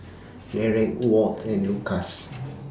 Dereck Walt and Lukas